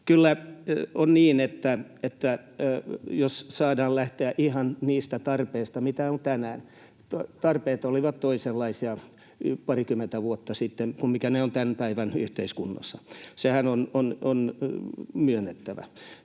Kyllä on niin, että jos saadaan lähteä ihan niistä tarpeista, mitä on tänään... Tarpeet olivat toisenlaisia parikymmentä vuotta sitten kuin mitä ne ovat tämän päivän yhteiskunnassa, sehän on myönnettävä.